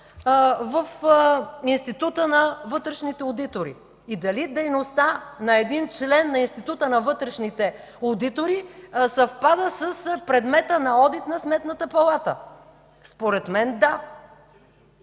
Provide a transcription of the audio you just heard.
в Института на вътрешните одитори и дали дейността на един член на Института на вътрешните одитори съвпада с предмета на одит на Сметната палата? Според мен – да.